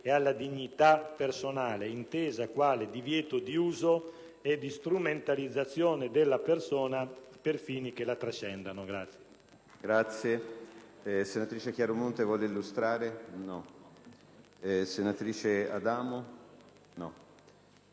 e alla dignità personale, intesa quale divieto di uso e di strumentalizzazione della persona per fini che la trascendano.